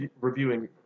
reviewing